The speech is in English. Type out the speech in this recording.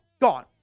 gone